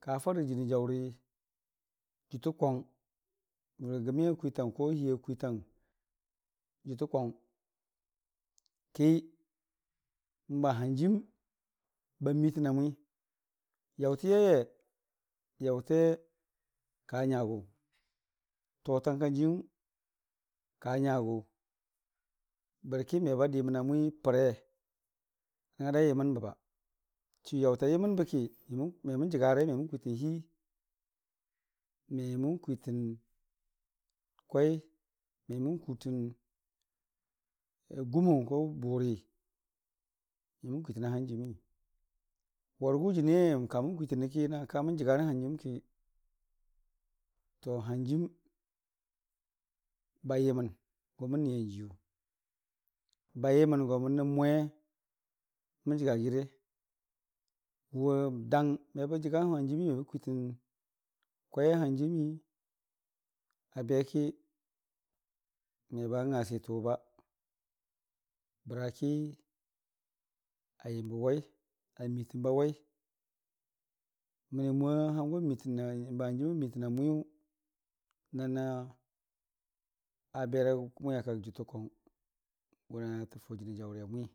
Farə jənii jaʊri jʊtə kwang rə gəmi a kwiitang hii a kwiitang jʊtə kwang ki n'ba hanjiim ba miitən amwi. yaʊti yaiye yaʊte ka nagʊ, totang kan jiiyəm ka nyagʊ bərki meba diməna n'mupre a nəngnga da a yəmənbe, chuyaʊta yəmən bəki memən jəga re me məm kwiitən hii, me məm kwiitən kwai, memən kwitən gumo bʊri memən kwiitəna n'hajiimi. Warigʊ jənii yaiye ka mən kwiitəne na kamən jəgarə n'hanjiimki n'hanjiim ba yəmən go mən niyan jiiyu ba yəmən go nə n'mwe mən jəga giire, gʊ dang wʊ mebə jəga n'hanjiimi mebə kwiitən kwai a hanjiimii abe ki meba nga a sitənwe bəraki a yəmbə wai a miitənba wai mənii n'mwe n'hanjiim a miitəna mwiyʊ na niiya bera mwiakak jʊtə kwang gona təfaʊ jənii.